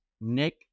Nick